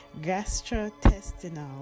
gastrointestinal